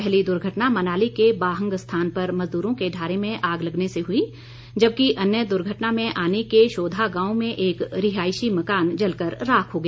पहली दुर्घटना मनाली के बाहंग स्थान पर मज़दूरों के ढारे में आग लगने से हुई जबकि अन्य दुर्घटना में आनी के शोधा गांव में एक रिहायशी मकान जलकर राख हो गया